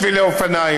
אין שבילי אופניים.